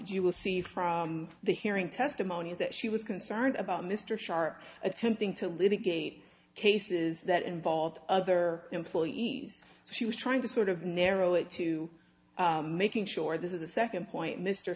you will see from the hearing testimony that she was concerned about mr sharp attempting to litigate cases that involved other employees she was trying to sort of narrow it to making sure this is the second point mr